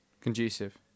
Conducive